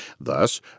Thus